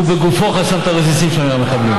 הוא בגופו חסם את הרסיסים של המחבלים.